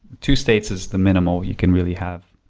two states is the minimal you can really have